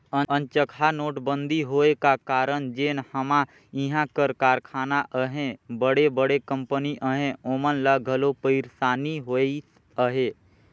अनचकहा नोटबंदी होए का कारन जेन हमा इहां कर कारखाना अहें बड़े बड़े कंपनी अहें ओमन ल घलो पइरसानी होइस अहे